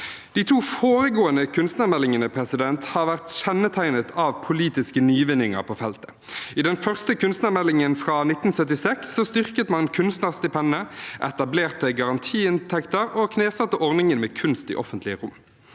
De to foregående kunstnermeldingene har vært kjennetegnet av politiske nyvinninger på feltet. I den første kunstnermeldingen, fra 1976, styrket man kunstnerstipendene, etablerte garantiinntekter og knesatte ordningen med kunst i offentlige rom.